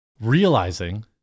realizing